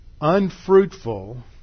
unfruitful